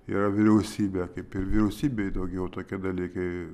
yra vyriausybė kaip ir vyriausybei daugiau tokie dalykai